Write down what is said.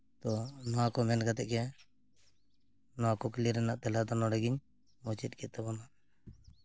ᱛᱚ ᱱᱚᱣᱟᱠᱚ ᱢᱮᱱ ᱠᱟᱛᱮ ᱜᱮ ᱱᱚᱣᱟᱠᱚ ᱠᱩᱠᱞᱤ ᱨᱮᱱᱟᱜ ᱛᱮᱞᱟᱫᱚ ᱱᱚᱰᱮᱜᱤᱧ ᱢᱩᱪᱟᱹᱫ ᱠᱮᱫ ᱛᱟᱵᱚᱱᱟ